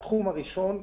הראשון,